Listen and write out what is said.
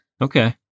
Okay